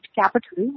capital